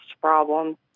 problem